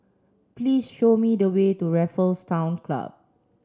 please show me the way to Raffles Town Club